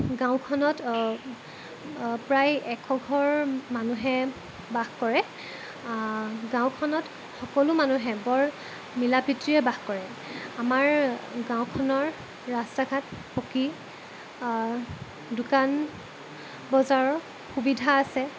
গাঁওখনত প্ৰায় এশ ঘৰ মানুহে বাস কৰে গাঁওখনত সকলো মানুহে বৰ মিলাপ্ৰীতিৰে বাস কৰে আমাৰ গাঁওখনৰ ৰাস্তা ঘাট পকী দোকান বজাৰৰ সুবিধা আছে